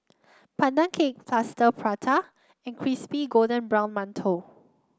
Pandan Cake Plaster Prata and Crispy Golden Brown Mantou